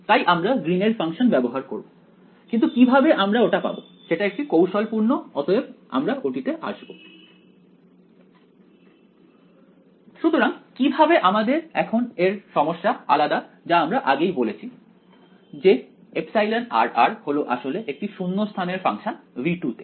তাই আমরা গ্রীন এর ফাংশন ব্যবহার করব কিন্তু কিভাবে আমরা ওটা পাবো সেটা একটু কৌশলপূর্ণ অতএব আমরা ওটিতে আসবো সুতরাং কিভাবে আমাদের এখন এর সমস্যা আলাদা যা আমরা আগেই বলেছি যে εr হল আসলে একটি শূন্যস্থানের ফাংশন V2 তে